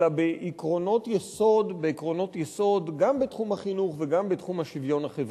אלא בעקרונות יסוד גם בתחום החינוך וגם בתחום השוויון החברתי.